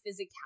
physicality